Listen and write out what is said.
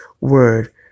word